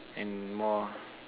and more